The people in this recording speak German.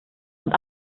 und